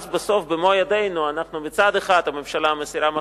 אז בסוף במו ידינו, מצד אחד הממשלה מסירה מחסומים,